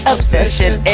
Obsession